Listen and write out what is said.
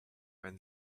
when